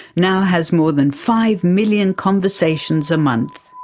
now has more than five million conversations a month.